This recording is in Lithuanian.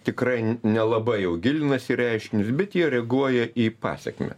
tikrai nelabai jau gilinasi į reiškinius bet jie reaguoja į pasekmę